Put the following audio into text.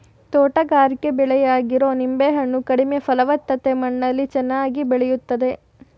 ತೋಟಗಾರಿಕೆ ಬೆಳೆಯಾಗಿರೊ ನಿಂಬೆ ಹಣ್ಣು ಕಡಿಮೆ ಫಲವತ್ತತೆ ಮಣ್ಣಲ್ಲಿ ಚೆನ್ನಾಗಿ ಬೆಳಿತದೆ